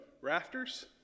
rafters